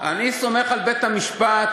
אני סומך על בית-המשפט,